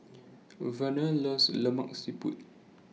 Verner loves Lemak Siput